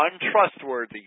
untrustworthy